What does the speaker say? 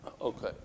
Okay